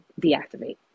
deactivate